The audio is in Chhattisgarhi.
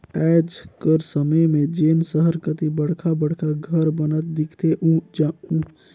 आएज कर समे में जेन सहर कती बड़खा बड़खा घर बनत दिखथें उहां जेन मजदूर मन काम करथे ओमा कर जादा ह बाहिरी होथे